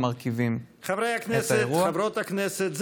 חברות הכנסת,